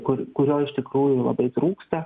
kur kurio iš tikrųjų labai trūksta